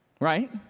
Right